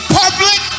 public